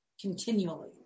continually